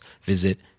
visit